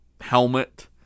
helmet